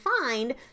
find